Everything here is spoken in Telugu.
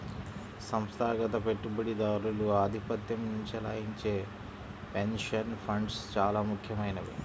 సంస్థాగత పెట్టుబడిదారులు ఆధిపత్యం చెలాయించే పెన్షన్ ఫండ్స్ చాలా ముఖ్యమైనవి